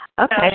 Okay